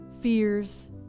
fears